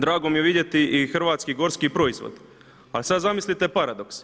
Drago mi je vidjeti i hrvatski gorski proizvod, ali sad zamislite paradoks.